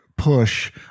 push